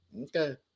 okay